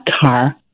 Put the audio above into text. car